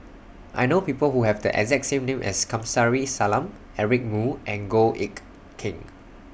I know People Who Have The exact name as Kamsari Salam Eric Moo and Goh Eck Kheng